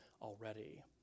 already